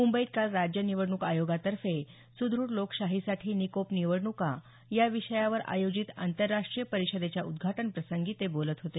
मुंबईत काल राज्य निवडणूक आयोगातर्फे सुदृढ लोकशाहीसाठी निकोप निवडणुका या विषयावर आयोजित आंतरराष्ट्रीय परिषदेच्या उद्घाटनप्रसंगी ते बोलत होते